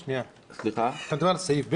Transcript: אתה מדבר על סעיף ב?